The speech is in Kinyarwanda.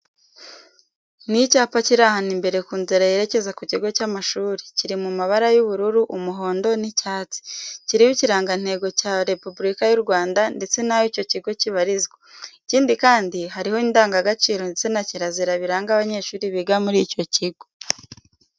Ni icyapa kiri ahantu imbere ku nzira yerekeza ku kigo cy'amashuri, kiri mu mabara y'ubururu, umuhondo n'icyatsi. Kiriho Ikirangantego cya Repubulika y'u Rwanda ndetse n'aho icyo kigo kibarizwa. Ikindi kandi, hariho indangagaciro ndetse na kirazira biranga abanyeshuri biga muri icyo kigo.